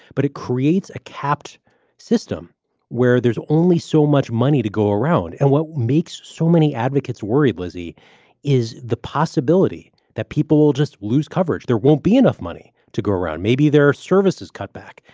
but it creates a capped system where there's only so much money to go around. and what makes so many advocates worry busy is the possibility that people will just lose coverage. there won't be enough money to go around. maybe their services cut back.